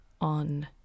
on